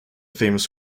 famous